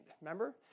remember